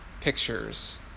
pictures